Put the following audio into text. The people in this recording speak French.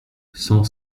cent